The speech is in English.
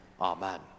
Amen